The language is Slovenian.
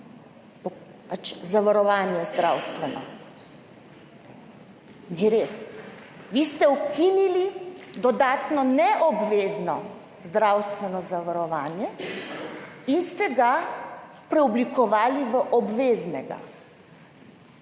zdravstveno zavarovanje. Ni res. Vi ste ukinili dodatno neobvezno zdravstveno zavarovanje in ste ga preoblikovali v obveznega.